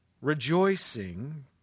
rejoicing